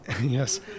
yes